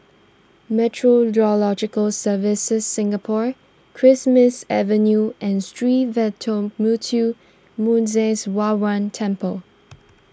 Meteorological Services Singapore Christmas Avenue and Sree Veeramuthu Muneeswaran Temple